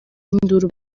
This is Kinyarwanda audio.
induru